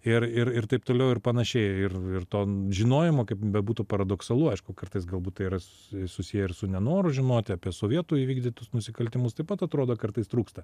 ir ir ir taip toliau ir panašiai ir to žinojimo kaip bebūtų paradoksalu aišku kartais galbūt tai yra susiję ir su nenoru žinoti apie sovietų įvykdytus nusikaltimus taip pat atrodo kartais trūksta